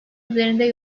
üzerinde